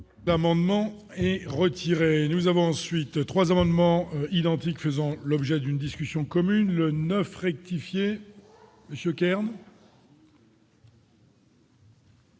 L'amendement retiré et nous avons ensuite 3 amendements identiques faisant l'objet d'une discussion commune le 9 rectifier monsieur Kern.